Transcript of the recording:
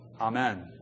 Amen